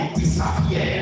disappear